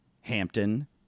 Hampton